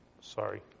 sorry